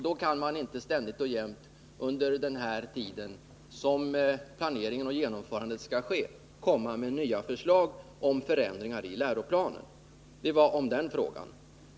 Då kan man inte ständigt och jämt, under den här tiden som planeringen och genomförandet skall ske, lägga fram nya förslag till förändringar i läroplanen. Det var den frågan.